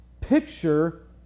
picture